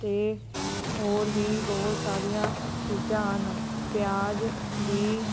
ਅਤੇ ਹੋਰ ਵੀ ਬਹੁਤ ਸਾਰੀਆਂ ਚੀਜ਼ਾਂ ਹਨ ਪਿਆਜ਼ ਵੀ